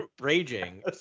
raging